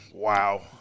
Wow